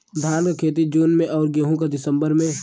धान क खेती जून में अउर गेहूँ क दिसंबर में?